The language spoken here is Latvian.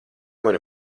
mani